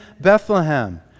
Bethlehem